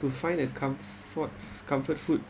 to find a comfort comfort food